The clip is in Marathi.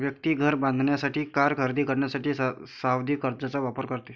व्यक्ती घर बांधण्यासाठी, कार खरेदी करण्यासाठी सावधि कर्जचा वापर करते